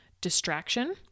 distraction